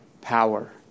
power